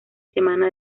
semana